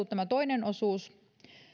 tämä toinen osuus